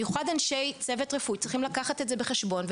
ובמיוחד אנשי צוות רפואי צריכים לקחת את זה בחשבון,